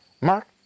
Mark